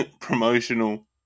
promotional